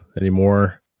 anymore